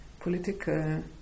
political